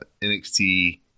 NXT